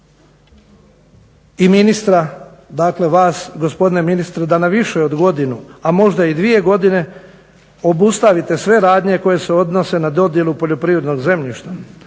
i ministra, dakle vas gospodine ministre da na više od godinu, a možda i dvije godine obustavite sve radnje koje se odnose na dodjelu poljoprivrednog zemljišta.